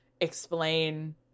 explain